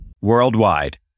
Worldwide